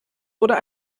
oder